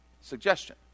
suggestion